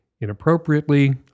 inappropriately